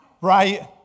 right